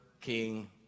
King